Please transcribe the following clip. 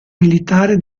militare